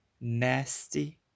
nasty